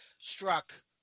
struck